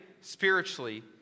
spiritually